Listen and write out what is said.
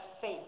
faith